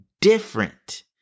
different